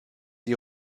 die